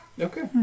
Okay